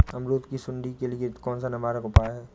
अमरूद की सुंडी के लिए कौन सा निवारक उपाय है?